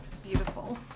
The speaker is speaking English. beautiful